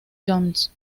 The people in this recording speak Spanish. jones